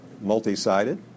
multi-sided